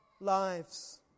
lives